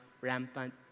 rampant